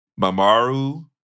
Mamaru